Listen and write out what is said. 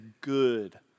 good